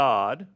God